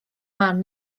man